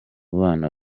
bana